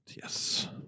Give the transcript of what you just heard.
yes